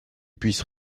puisse